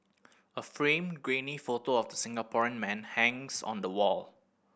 a framed grainy photo of the Singaporean man hangs on the wall